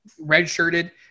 redshirted